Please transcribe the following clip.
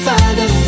Father